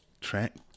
track